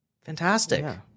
Fantastic